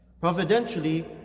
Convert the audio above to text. Providentially